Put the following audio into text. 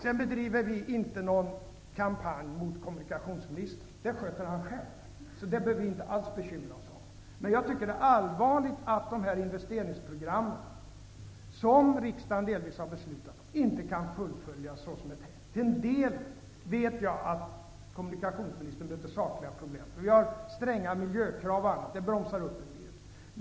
Vi bedriver inte någon kampanj mot kommunikationsministern, den sköter han själv. Så det behöver vi inte alls bekymra oss om. Men jag tycker det är allvarligt att de investeringsprogram som riksdagen delvis har beslutat om inte kan fullföljas såsom var tänkt. Till en del vet jag att kommunikationsministern har sakliga problem -- stränga miljöproblem t.ex. bromsar upp det hela.